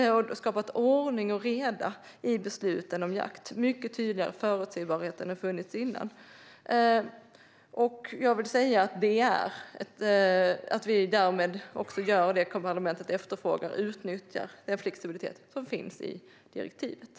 Detta har skapat ordning och reda i besluten om jakt och mycket tydligare förutsägbarhet än vad som funnits tidigare. Vi gör därmed det som parlamentet efterfrågar: utnyttjar den flexibilitet som finns i direktivet.